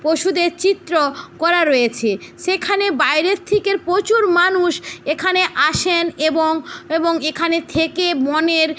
পশুদের চিত্র করা রয়েছে সেখানে বাইরের থেকের প্রচুর মানুষ এখানে আসেন এবং এবং এখানে থেকে বনের